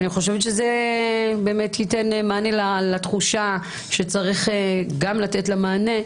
אני חושבת שזה ייתן מענה לתחושה שצריך גם לתת לה מענה,